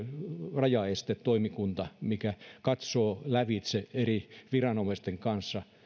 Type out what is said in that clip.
rajaestetoimikunta mikä katsoo lävitse eri viranomaisten kanssa